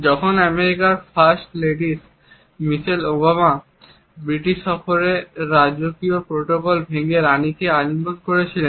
যখন আমেরিকার first lady Michelle Obama Britain সফরে রাজকীয় প্রটোকল ভেঙে রানীকে আলিঙ্গন করেছিলেন